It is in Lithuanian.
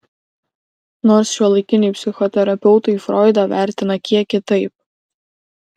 nors šiuolaikiniai psichoterapeutai froidą vertina kiek kitaip